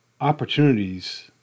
opportunities